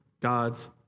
God's